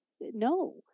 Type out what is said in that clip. no